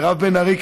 מירב בן ארי,